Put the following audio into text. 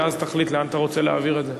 ואז תחליט לאן אתה רוצה להעביר את זה.